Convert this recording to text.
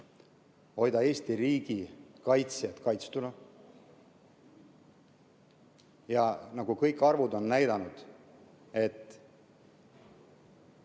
hoida Eesti riigi kaitsjat kaitstuna. Ja kõik arvud on näidanud, et